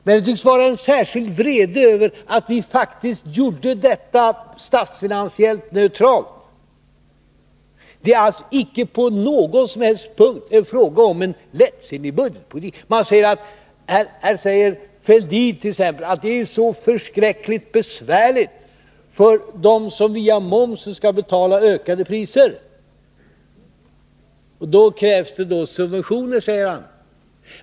Men det tycks finnas en särskild vrede över att vi faktiskt genomför våra löften på ett sätt som är statsfinansiellt neutralt. Det är alltså icke på någon som helst punkt fråga om en lättsinnig budgetpolitik. Här säger t.ex. Thorbjörn Fälldin att det är så förskräckligt besvärligt för dem som via momsen skall betala ökade priser. Det krävs subventioner, säger han.